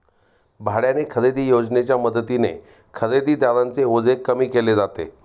भाड्याने खरेदी योजनेच्या मदतीने खरेदीदारांचे ओझे कमी केले जाते